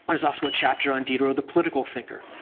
there's also a chapter on diderot the political thinker,